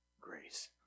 grace